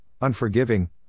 unforgiving